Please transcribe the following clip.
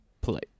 play